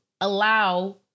allow